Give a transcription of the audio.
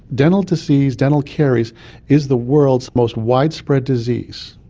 dental disease, dental caries is the world's most widespread disease,